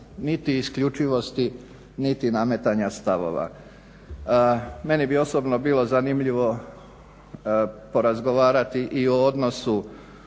niti isključivosti niti nametanja stavova. Meni bi osobno bilo zanimljivo porazgovarati i o odnosu